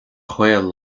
ghaol